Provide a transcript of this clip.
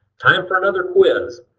time for another quiz.